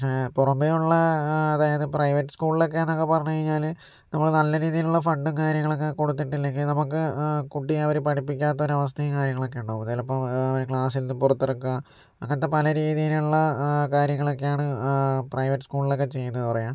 പക്ഷേ പുറമേയുള്ള അതായത് പ്രൈവറ്റ് സ്കൂളിലൊക്കെ എന്നൊക്കെ എന്ന് പറഞ്ഞു കഴിഞ്ഞാല് നമ്മുടെ നല്ല രീതിയിലുള്ള ഫണ്ടും കാര്യങ്ങളൊക്കെ കൊടുത്തിട്ടില്ലെങ്കി നമുക്ക് കുട്ടിയെ അവരെ പഠിപ്പിക്കാത്ത ഒരവസ്ഥയും കാര്യങ്ങളൊക്കെ ഉണ്ടാകും ചിലപ്പോൾ അവരെ ക്ലാസ്സിൽ നിന്ന് പുറത്തിറക്കുക അങ്ങനത്തെ പല രീതിയിലുള്ള കാര്യങ്ങളൊക്കെയാണ് പ്രൈവറ്റ് സ്കൂളിലൊക്കെ ചെയ്യുന്നത് പറയുക